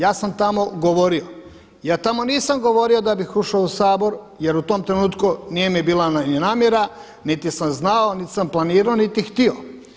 Ja sam tamo govorio, ja tamo nisam govorio da bih ušao u Sabor jer u tom trenutku nije bila ni namjera niti sam znao niti sam planirao niti htio.